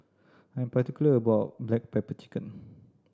I'm particular about my black pepper chicken